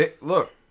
Look